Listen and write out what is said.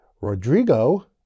Rodrigo